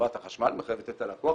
חברת החשמל מחייבת את הלקוח,